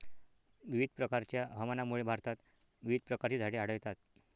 विविध प्रकारच्या हवामानामुळे भारतात विविध प्रकारची झाडे आढळतात